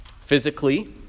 physically